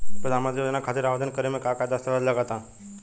प्रधानमंत्री योजना खातिर आवेदन करे मे का का दस्तावेजऽ लगा ता?